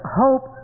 hope